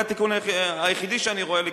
זה התיקון היחידי שאני רואה לקראתכם.